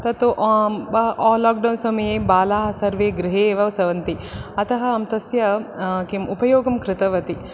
तत् आलाक्डौन् समये बालाः सर्वे गृहे एव वसन्ति अतः अहं तस्य किं उपयोगं कृतवती